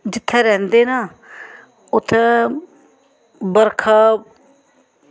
जित्थै रौंह्दे न उत्थै बरखा